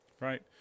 right